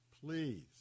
Please